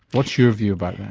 what's your view but